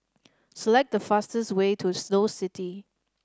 select the fastest way to Snow City